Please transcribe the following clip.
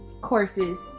courses